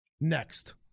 Next